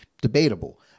debatable